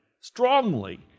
strongly